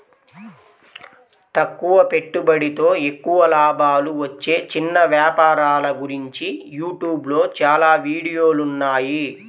తక్కువ పెట్టుబడితో ఎక్కువ లాభాలు వచ్చే చిన్న వ్యాపారాల గురించి యూట్యూబ్ లో చాలా వీడియోలున్నాయి